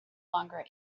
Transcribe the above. longer